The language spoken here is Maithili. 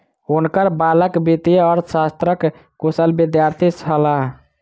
हुनकर बालक वित्तीय अर्थशास्त्रक कुशल विद्यार्थी छलाह